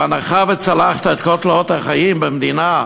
בהנחה שצלחת את כל תלאות החיים במדינה,